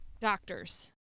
doctors